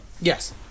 Yes